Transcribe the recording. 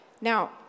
Now